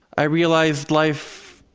i realized life,